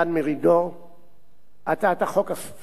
הצעת החוק אפילו לא הגיעה לדיון במליאה.